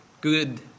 good